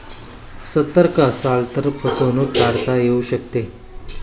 सतर्क असाल तर फसवणूक टाळता येऊ शकते